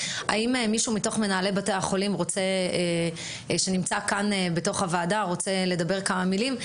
האם מישהו ממנהלי בתי החולים שנוכח בישיבה רוצה לומר כמה מלים?